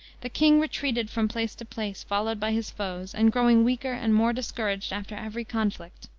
the king retreated from place to place, followed by his foes, and growing weaker and more discouraged after every conflict.